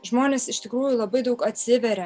žmonės iš tikrųjų labai daug atsiveria